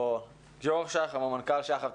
יו"ר שח"ם או מנכ"ל שח"ם.